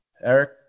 Eric